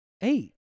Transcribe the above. Eight